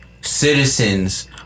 citizens